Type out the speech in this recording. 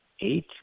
eight